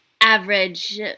average